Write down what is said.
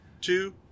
Two